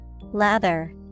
lather